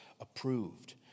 approved